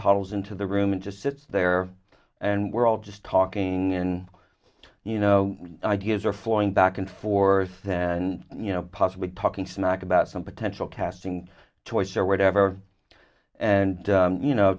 tunnels into the room and just sits there and we're all just talking and you know ideas are flowing back and forth then you know possibly talking smack about some potential casting choice or whatever and you know